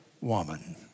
woman